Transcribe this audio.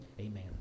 Amen